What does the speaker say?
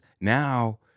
Now